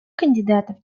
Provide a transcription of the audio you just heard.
кандидатов